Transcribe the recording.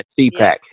CPAC